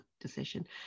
decision